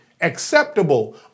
acceptable